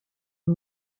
ayo